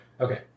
Okay